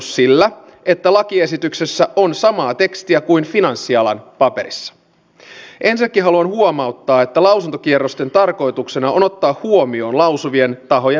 kaiken kaikkiaan arvoisa eduskunta pidän erittäin huolestuttavana sellaista kehitystä jossa ihmiset kokevat että virkavallalta ei saa enää apua